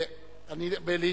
מישהו פה מחפש סכסוך.